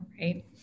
right